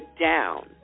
down